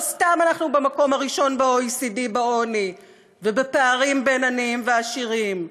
לא סתם אנחנו במקום הראשון ב-OECD בעוני ובפערים בין העניים והעשירים.